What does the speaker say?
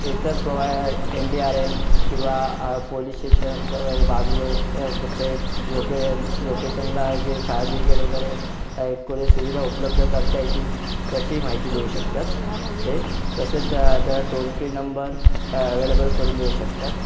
इतर प्रोवाय N D R F किंवा पोलीस स्टेशनच्या वगैरे बाजू बाजूच्या कुठचे लोके लोकेशनला जे फायर ब्रिगेड वगैरे कुठे सुविधा उपलब्ध करता येतील त्याची माहिती देऊ शकतात ते तसेच त्याला टोल फ्री नंबर अवेलेबल करून देऊ शकतात